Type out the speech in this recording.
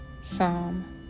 Psalm